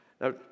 Now